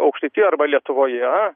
aukštaitijoj arba lietuvoje